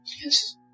Yes